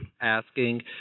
asking